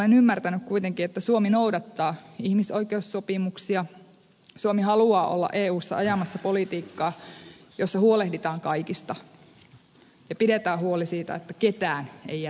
olen ymmärtänyt kuitenkin että suomi noudattaa ihmisoikeussopimuksia suomi haluaa olla eussa ajamassa politiikkaa jossa huolehditaan kaikista ja pidetään huoli siitä että ketään ei jätetä